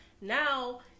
Now